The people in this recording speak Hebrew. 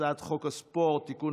הצעת חוק הספורט (תיקון,